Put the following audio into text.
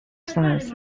sons